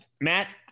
Matt